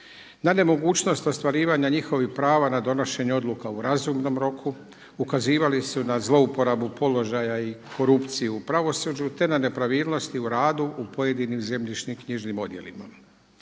na nemogućnost ostvarivanja njihovih prava na donošenje u razumnom roku, ukazivali su na zlouporabu položaja i korupciju u pravosuđu te na nepravilnosti u radu u pojedinim zemljišno-knjižnim odjelima.